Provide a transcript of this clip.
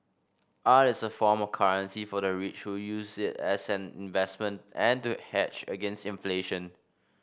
art is a form of currency for the rich who use it as an investment and to hedge against inflation